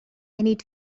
need